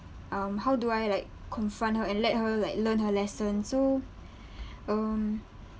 um how do I like confront her and let her like learn her lesson so um